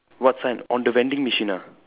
what sign on the vending machine ah